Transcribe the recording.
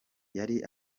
yari